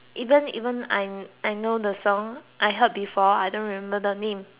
even even I'm I know the song I heard before I don't remember the name